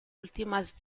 últimas